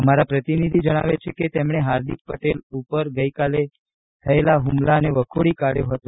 અમારા પ્રતિનિધિ જણાવે છે કે તેમણે હાર્દિક પટેલ ઉપર થયેલા હુમલાને વખોડી કાઢ્યો હતો